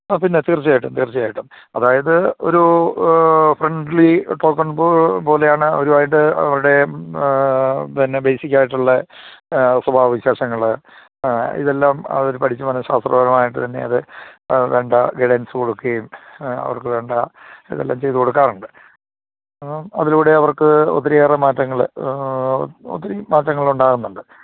ആ പിന്നെ തീർച്ചയായിട്ടും തീർച്ചയായിട്ടും അതായത് ഒരൂ ഫ്രൻഡ്ലി ടോക്കണ് പോലെയാണ് അവരുമായിട്ട് അവര്ടെ പിന്നെ ബേസിക്കായിട്ടുള്ള സ്വഭാവ വിശേഷങ്ങൾ ഇതെല്ലാം അവർ പഠിച്ച് വന്നത് സൗഹൃദപരമായിട്ട് തന്നെ അത് വേണ്ട ഗൈഡൻസ് കൊടുക്കുകയും അവർക്ക് വേണ്ട ഇതെല്ലാം ചെയ്ത്കൊടുക്കാറുണ്ട് അപ്പം അതിലൂടെ അവർക്ക് ഒത്തിരിയേറെ മാറ്റങ്ങൾ ഒത്തിരി മാറ്റങ്ങളുണ്ടാകുന്നുണ്ട്